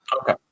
Okay